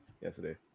yesterday